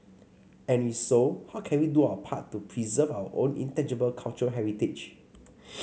and if so how can we do our part to preserve our own intangible cultural heritage